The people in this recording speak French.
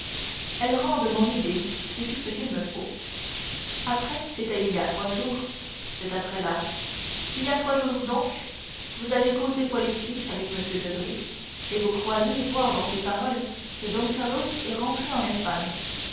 elles rendent mon idée c'est tout ce qu'il me faut après c'était il y a trois jours cet après là il y a trois jours donc vous avez causé politique avec m debray et vous croyez voir dans ses paroles que don carlos est rentré en espagne